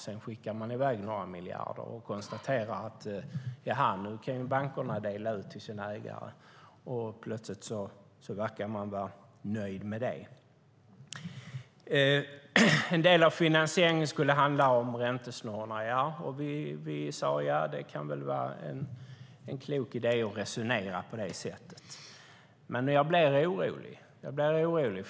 Sedan skickar man i väg några miljarder och konstaterar att nu kan bankerna dela ut till sina ägare, och plötsligt verkar man vara nöjd med det. En del av finansieringen skulle omfatta räntesnurrorna, ja. Vi sade att det kunde vara en klok idé att resonera på det sättet. Jag blir dock orolig.